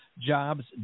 jobs